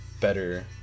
better